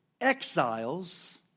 exiles